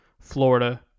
Florida